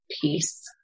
peace